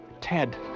Ted